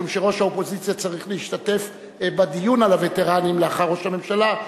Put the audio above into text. משום שראש האופוזיציה צריך להשתתף בדיון על הווטרנים לאחר ראש הממשלה,